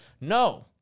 No